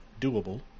doable